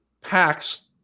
packs